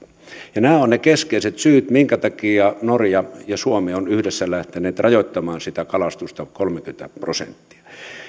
nämä ovat ne keskeiset syyt minkä takia norja ja suomi ovat yhdessä lähteneet rajoittamaan sitä kalastusta kolmekymmentä prosenttia